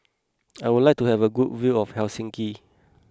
I would like to have a good view of Helsinki